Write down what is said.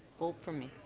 vote for me.